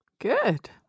good